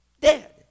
dead